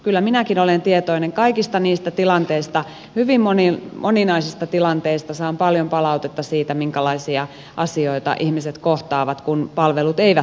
kyllä minäkin olen tietoinen kaikista niistä tilanteista hyvin moninaisista tilanteista saan paljon palautetta siitä minkälaisia asioita ihmiset kohtaavat kun palvelut eivät toimi